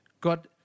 God